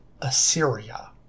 Assyria